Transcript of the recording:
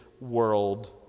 world